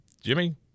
jimmy